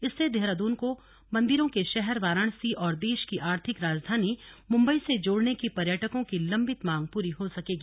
इससे देहरादून को मंदिरों के शहर वाराणसी और देश की आर्थिक राजधानी मुम्बई से जोड़ने की पर्यटकों की लम्बित मांग पूरी हो सकेगी